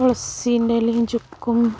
തുളസിൻ്റെ ഇലയും ചുക്കും